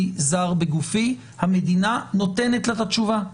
זר בגופה המדינה נותנת לה את התשובה,